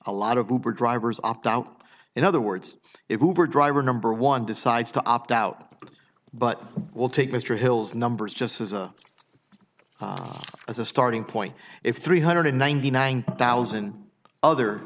a lot of drivers opt out in other words if you were driver number one decides to opt out but will take mr hill's numbers just as a as a starting point if three hundred ninety nine thousand other